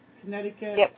Connecticut